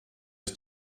aus